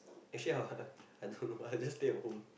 actually I h~ uh I don't know why just stay at home